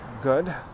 good